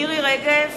(קוראת בשמות חברי הכנסת) מירי רגב,